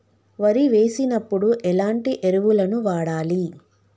వరి వేసినప్పుడు ఎలాంటి ఎరువులను వాడాలి?